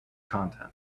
content